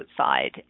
outside